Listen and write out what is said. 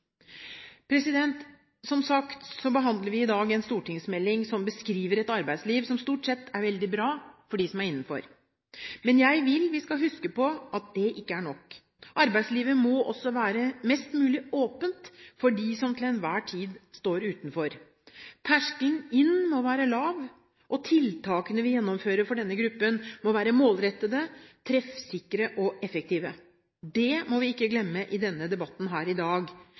Som sagt behandler vi i dag en stortingsmelding som beskriver et arbeidsliv som stort sett er veldig bra for dem som er innenfor. Men jeg vil vi skal huske på at det ikke er nok. Arbeidslivet må også være mest mulig åpent for dem som til enhver tid står utenfor. Terskelen inn må være lav, og tiltakene vi gjennomfører for denne gruppen, må være målrettede, treffsikre og effektive. Det må vi ikke glemme i denne debatten her i dag.